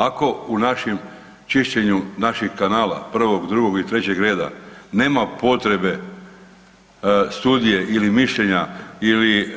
Ako u našem čišćenju naših kanala prvog, drugog i trećeg reda nema potrebe studije ili mišljenja ili